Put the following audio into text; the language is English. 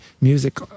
music